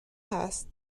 هست